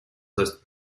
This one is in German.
heißt